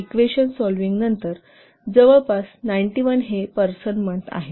equation solving नंतर effort जवळपास 91 हे पर्सन मंथ आहे